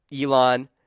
Elon